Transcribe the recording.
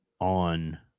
on